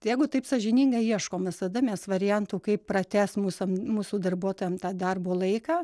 jeigu taip sąžiningai ieškom visada mes variantų kaip pratęst mūsam mūsų darbuotojam tą darbo laiką